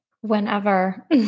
whenever